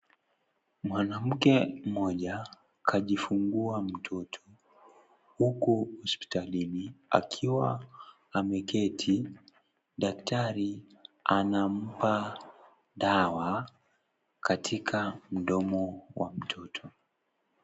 Mwanamke mmoja kajifungua mtoto. Huku hospitalini akiwa ameketi, daktari anampa dawa katika mdomo wa mtoto.